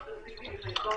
רק אגיד שהפיקוח